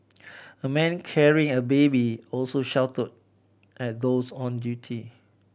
a man carrying a baby also shouted at those on duty